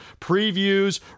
previews